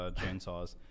chainsaws